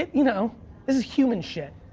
you know this is human shit,